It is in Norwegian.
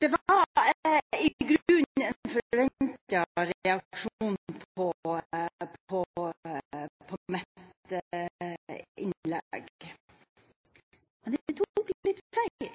Det var i grunnen en forventet reaksjon på mitt innlegg. Men jeg tok litt feil.